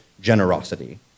generosity